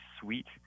sweet